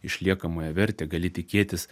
išliekamąją vertę gali tikėtis